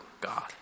God